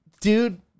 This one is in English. dude